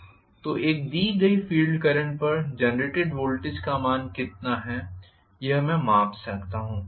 तो एक दी गई फील्ड करंट पर जनरेट वोल्टेज का मान कितना है यह मैं माप सकता हूं